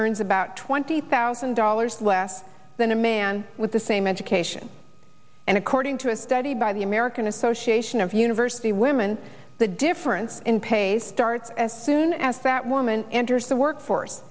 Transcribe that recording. earns about twenty thousand dollars less than a man with the same education and according to a study by the american association of university women the difference in pay starts as soon as that woman enters the workforce